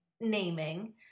naming